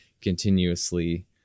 continuously